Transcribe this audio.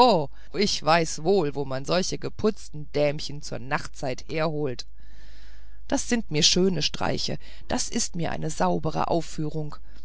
ich weiß wohl wo man solche geputzte dämchen zur nachtzeit herholt das sind mir schöne streiche das ist mir eine saubere aufführung